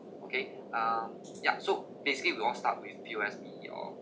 okay ah ya so basically we all start with P_O_S_B your